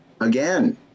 again